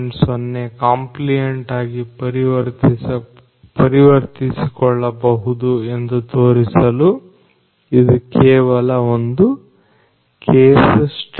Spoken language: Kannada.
0 ಕಂಪ್ಲಿಯಾಂಟ್ ಆಗಿ ಪರಿವರ್ತಿಸಿಕೊಳ್ಳಬಹುದು ಎಂದು ತೋರಿಸಲು ಇದು ಕೇವಲ ಒಂದು ಕೇಸ್ ಸ್ಟಡಿ